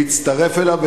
להצטרף אליו,